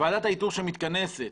ועדת האיתור שם מתכנסת,